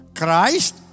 Christ